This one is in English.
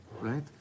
right